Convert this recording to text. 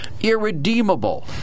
irredeemable